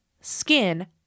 skin